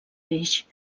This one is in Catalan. peix